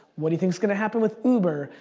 what do you think is gonna happen with uber?